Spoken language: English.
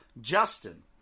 Justin